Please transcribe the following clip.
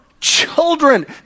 children